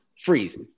Freeze